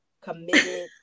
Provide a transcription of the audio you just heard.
committed